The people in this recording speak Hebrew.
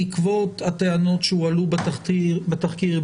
בעקבות הטענות שהועלו בתחקיר,